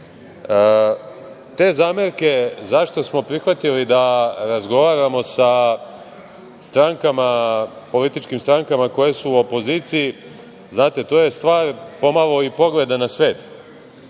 Te zamerke zašto smo prihvatili da razgovaramo sa političkim strankama koje su u opoziciji, znate, to je stvar pomalo i pogleda na svet.